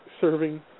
serving